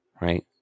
right